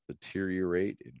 deteriorate